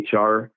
HR